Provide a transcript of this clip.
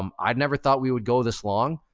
um i'd never thought we would go this long,